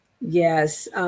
Yes